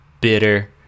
bitter